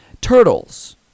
Turtles